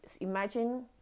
imagine